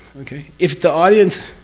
okay? if the audience